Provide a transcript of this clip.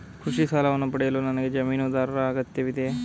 ಕೃಷಿ ಸಾಲವನ್ನು ಪಡೆಯಲು ನನಗೆ ಜಮೀನುದಾರರ ಅಗತ್ಯವಿದೆಯೇ?